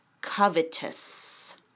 Covetous